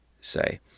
say